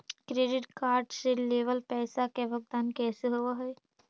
Credit card से लेवल पैसा के भुगतान कैसे होव हइ?